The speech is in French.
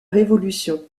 révolution